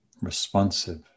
Responsive